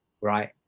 right